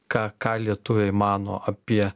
ką ką lietuviai mano apie